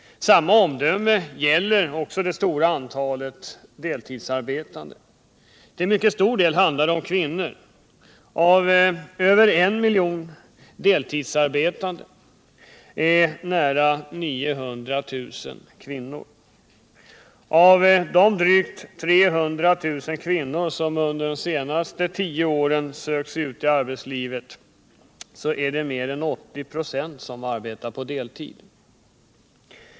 Samma omdöme gäller också det stora antalet deltidsarbetande. Det handlar här till mycket stor del om kvinnor. Av över 1 miljon deltidsarbetande är nära 900 000 kvinnor. Av de drygt 300 000 kvinnor som under de senaste tio åren har sökt sig ut i arbetslivet arbetar mer än 80 96 på deltid.